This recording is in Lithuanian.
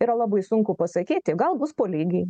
yra labai sunku pasakyti gal bus po lygiai